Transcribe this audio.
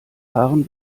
fahren